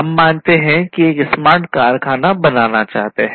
हम मानते हैं कि हम एक स्मार्ट कारखाना बनाना चाहते हैं